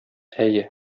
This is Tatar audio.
әйе